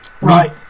Right